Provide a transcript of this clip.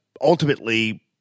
ultimately